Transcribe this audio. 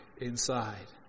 inside